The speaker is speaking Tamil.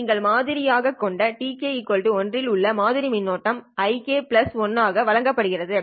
நீங்கள் மாதிரி ஆக கொண்ட tk1 இல் உள்ள மாதிரி மின்னோட்டம் ik1 ஆல் வழங்கப்படுகிறது